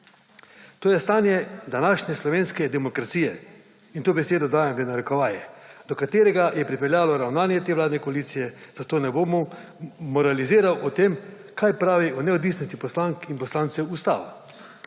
To je stanje današnje slovenske »demokracije«, in to besedo dajem v narekovaje, do katerega je pripeljalo ravnanje te vladne koalicije, zato ne bom moraliziral o tem, kaj pravi o neodvisnosti poslank in poslancev ustava.